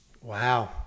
Wow